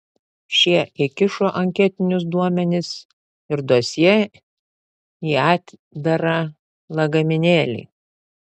šie įkišo anketinius duomenis ir dosjė į atdarą lagaminėlį